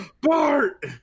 Bart